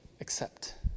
accept